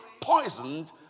poisoned